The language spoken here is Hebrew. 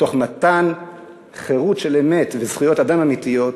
תוך מתן חירות של אמת וזכויות אדם אמיתיות